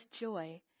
joy